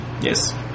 Yes